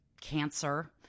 cancer –